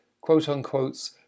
quote-unquote